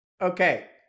Okay